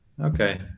Okay